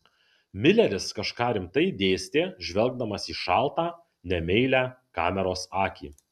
mileris kažką rimtai dėstė žvelgdamas į šaltą nemeilią kameros akį